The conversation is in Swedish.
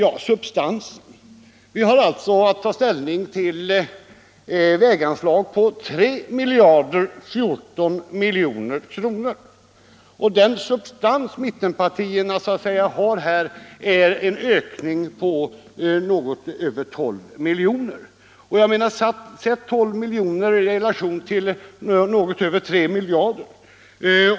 Anslag till vägväsen Vi har att ta ställning till väganslag på 3 014 milj.kr. Substansen i = det, m.m. mittenpartiernas förslag är en ökning på något över 12 milj.kr. Sätt 12 miljoner i relation till något över 3 miljarder!